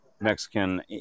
mexican